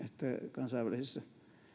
kansainvälisissä